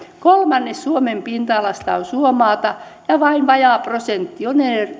kolmannes suomen pinta alasta on suomaata ja vain vajaa prosentti on